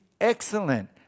excellent